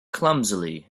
clumsily